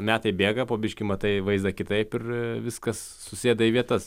metai bėga po biškį matai vaizdą kitaip ir viskas susėda į vietas